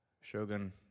Shogun